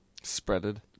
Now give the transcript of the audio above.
Spreaded